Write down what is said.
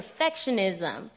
perfectionism